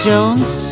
Jones